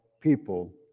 people